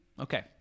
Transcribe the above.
okay